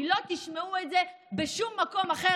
כי לא תשמעו את זה בשום מקום אחר,